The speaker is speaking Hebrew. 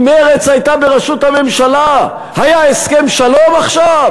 אם מרצ הייתה בראשות הממשלה היה הסכם שלום עכשיו,